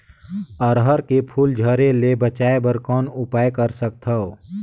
अरहर के फूल झरे ले बचाय बर कौन उपाय कर सकथव?